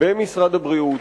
במשרד הבריאות.